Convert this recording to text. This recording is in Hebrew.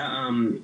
זעם,